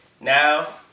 Now